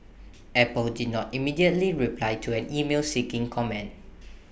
Apple did not immediately reply to an email seeking comment